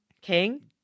king